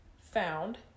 found